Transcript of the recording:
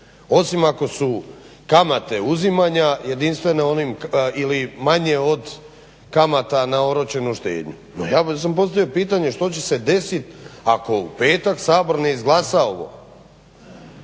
osim ako su kamate uzimanja jedinstvene onim ili manje od kamata na oročenu štednju. Ja sam postavio pitanje što će se desiti ako u petak Sabor ne izglasa ovo?